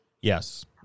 yes